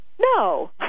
No